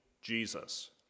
Jesus